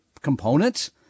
components